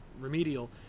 remedial